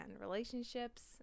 relationships